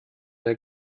der